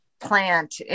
plant